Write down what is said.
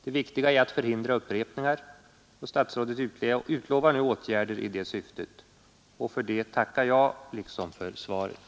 Det viktiga är att förhindra upprepningar, och statsrådet utlovar nu åtgärder i det syftet och för det tackar jag liksom för svaret.